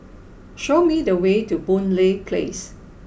show me the way to Boon Lay Place